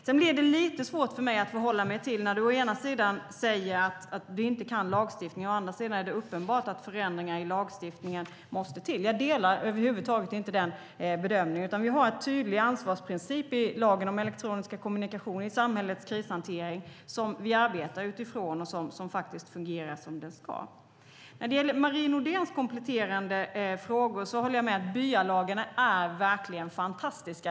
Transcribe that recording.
Det blir lite svårt för mig att förhålla mig till att du å ena sidan säger att du inte kan lagstiftningen och å andra sidan säger att det är uppenbart att förändringar i lagstiftningen måste göras. Jag delar över huvud taget inte den bedömningen. Vi har en tydlig ansvarsprincip i lagen om elektroniska kommunikationer i samhällets krishantering som vi arbetar utifrån och som faktiskt fungerar som den ska. När det gäller Marie Nordéns kompletterande frågor håller jag med om att byalagen verkligen är fantastiska.